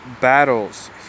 battles